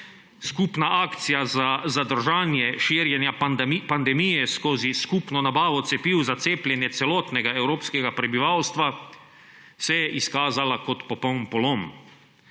Skupna akcija za zadržanje širjenja pandemije skozi skupno nabavo cepiv za cepljenje celotnega evropskega prebivalstva se je izkazala kot popoln polom.